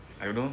I don't know